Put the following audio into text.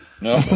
No